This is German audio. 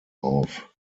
auf